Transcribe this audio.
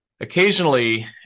Occasionally